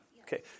Okay